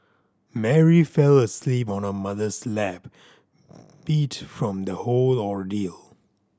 Mary fell asleep on her mother's lap beat from the whole ordeal